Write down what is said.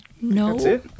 No